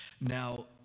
Now